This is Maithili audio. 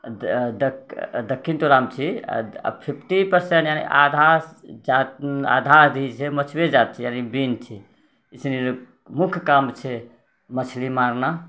दक्षिण टोलामे छी आओर फिफ्टी परसेन्ट यानि आधा जा आधा आधि जे छै मछुआरे जाति छै यानि बिन्द छै इसने मुख्य काम छै मछली मारना